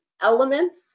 elements